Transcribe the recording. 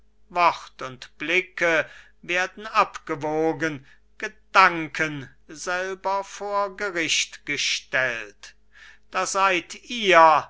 wort und blicke werden abgewogen gedanken selber vor gericht gestellt da seid ihr